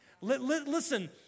Listen